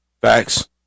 Facts